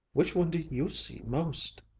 which one do you see most?